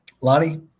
Lonnie